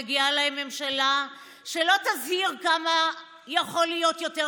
מגיעה להם ממשלה שלא תזהיר כמה יכול להיות יותר